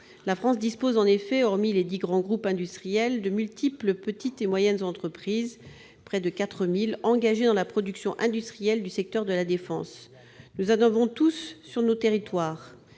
pays dispose, en effet, hormis ses dix grands groupes industriels, de multiples petites et moyennes entreprises- près de 4 000 -engagées dans la production industrielle du secteur de la défense. Nous en avons tous sur nos territoires.